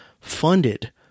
funded